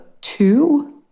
two